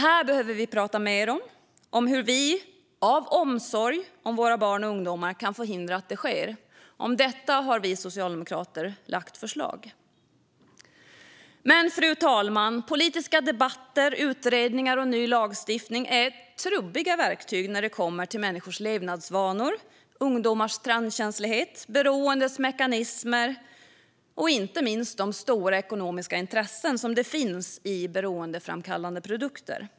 Vi behöver prata mer om hur vi, av omsorg om våra barn och ungdomar, kan förhindra att det sker. Om detta har vi socialdemokrater lagt förslag. Fru talman! Politiska debatter, utredningar och ny lagstiftning är trubbiga verktyg när det kommer till människors levnadsvanor, ungdomars trendkänslighet, beroendets mekanismer och inte minst de stora ekonomiska intressen som det finns i beroendeframkallande produkter.